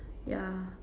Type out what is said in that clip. ya